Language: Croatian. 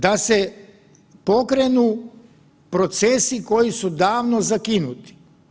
Da se pokrenu procesi koji su davno zakinuti.